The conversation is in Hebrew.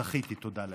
זכיתי, תודה לאל.